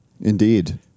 Indeed